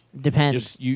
Depends